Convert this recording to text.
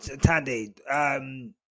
Tandy